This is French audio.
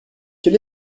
quel